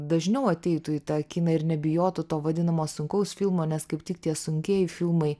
dažniau ateitų į tą kiną ir nebijotų to vadinamo sunkaus filmo nes kaip tik tie sunkieji filmai